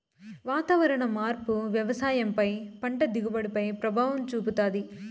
వాతావరణ మార్పు వ్యవసాయం పై పంట దిగుబడి పై ప్రభావం చూపుతాది